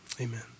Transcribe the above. Amen